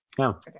No